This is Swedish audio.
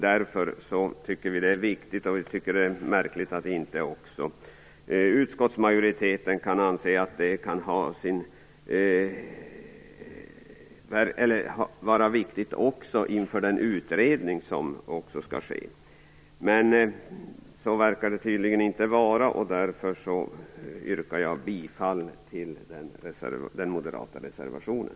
Därför tycker vi att det är märkligt att inte utskottsmajoriteten också anser att detta kan vara viktigt inför den utredning som skall ske. Men så verkar det tydligen inte vara. Därför yrkar jag bifall till den moderata reservationen.